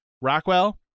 Rockwell